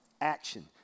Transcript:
action